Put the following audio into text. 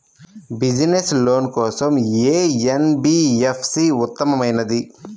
Business loan కోసం ఏ NBFC ఉత్తమమైనది?